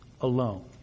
alone